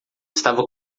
estava